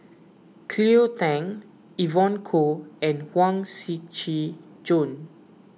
Cleo Thang Evon Kow and Huang Shiqi Joan